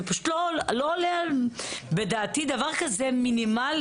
זה פשוט לא עולה בדעתי דבר כזה מינימלי.